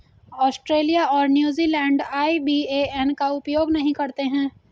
Australia और New Zealand IBAN का उपयोग नहीं करते हैं